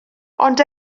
ond